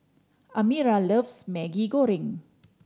Amira loves Maggi Goreng